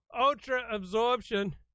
Ultra-absorption